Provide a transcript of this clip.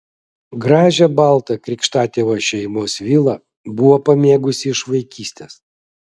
gražią baltą krikštatėvio šeimos vilą buvo pamėgusi iš vaikystės